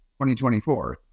2024